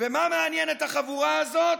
ומה מעניין את החבורה הזאת?